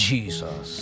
Jesus